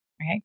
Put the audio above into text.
right